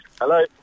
Hello